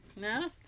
No